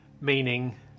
meaning